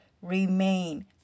Remain